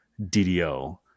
DDO